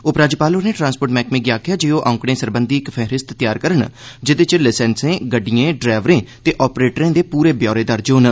उपराज्यपाल होरें ट्रांसपोर्ट मैह्कमे गी आखेआ ऐ जे ओह् आंकड़ें सरबंघी इक फेहरिस्त तैयार करन जेह्दे च लसैंसें गड्डिएं डरैवरें ते आपरेटरें दे पूरे ब्यौरे दर्ज होन